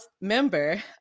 member